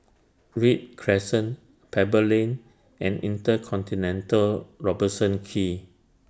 Read Crescent Pebble Lane and InterContinental Robertson Quay